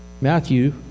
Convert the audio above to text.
Matthew